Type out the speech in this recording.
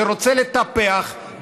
שרוצה לטפח,